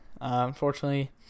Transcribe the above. unfortunately